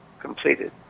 completed